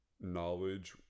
knowledge